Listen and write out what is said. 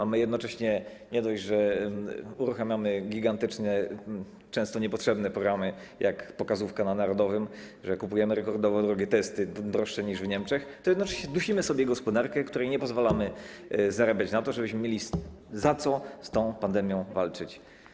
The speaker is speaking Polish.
A my jednocześnie nie dość, że uruchamiamy gigantyczne, często niepotrzebne programy, jak pokazówka na narodowym, i kupujemy rekordowo drogie testy, droższe niż w Niemczech, to jednocześnie dusimy sobie gospodarkę, której nie pozwalamy zarabiać na to, żebyśmy mieli za co z tą pandemią walczyć.